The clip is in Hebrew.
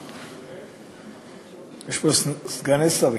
יש פה סגני שרים,